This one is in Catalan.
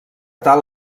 tal